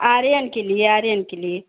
आर्यन के लिए आर्यन के लिए